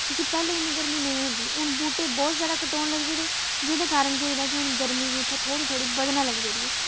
पैह्ले इन्नी गरमी नेईं होंदी ही हून बूह्टे बोह्त जैदा कटोन लगी पेदे जेह्दे कारण केह् होई दा की हून गरमी बी इत्थैं थोह्ड़ी थोह्ड़ी बधना लगी पेदी ऐ